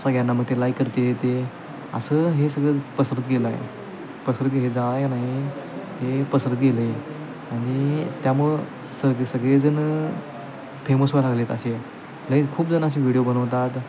सगळ्यांना मग ते लाईक करतात ते असं हे सगळं पसरत गेलं आहे पसरत हे जाळं नाही हे पसरत गेलं आहे आणि त्यामुळं सग सगळेजणं फेमस व्हायला लागले आहेत असे लई खूप जणं असे व्हिडिओ बनवतात